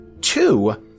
Two